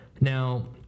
Now